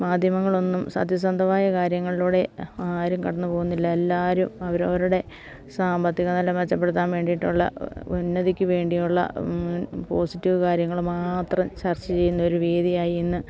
മാധ്യമങ്ങളൊന്നും സത്യസന്ധമായ കാര്യങ്ങളിലൂടെ ആരും കടന്നു പോകുന്നില്ല എല്ലാവരും അവരവരുടെ സാമ്പത്തിക നില മെച്ചപ്പെടുത്താൻ വേണ്ടിയിട്ടുള്ള ഉന്നതിക്കു വേണ്ടിയുള്ള പോസിറ്റീവ് കാര്യങ്ങൾ മാത്രം ചർച്ച ചെയ്യുന്നൊരു വേദിയായി ഇന്ന്